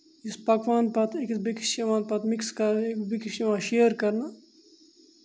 یُس پَکوان پَتہٕ أکِس بیٚکِس چھِ یِوان پَتہٕ مِکٕس کَرنہٕ أکِس بیٚکِس چھِ یِوان شِیر کَرنہٕ